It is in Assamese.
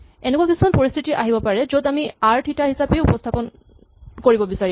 এনেকুৱা কিছুমান পৰিস্হিতি আহিব পাৰে য'ত আমি আৰ থিতা হিচাপে উপস্হাপন কৰিব বিচাৰিম